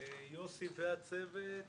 יוסי והצוות,